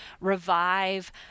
revive